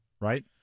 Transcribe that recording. Right